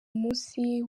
umunsi